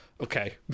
Okay